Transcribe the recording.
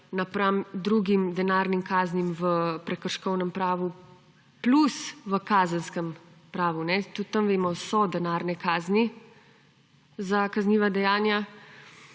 napram drugim denarnim kaznim v prekrškovnem pravu plus v kazenskem pravu. Tudi tam, vemo, so denarne kazni za kazniva dejanja,